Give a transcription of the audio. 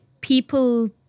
people